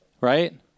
right